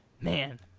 man